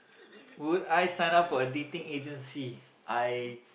would I sign up for a dating agency I